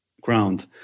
ground